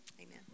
amen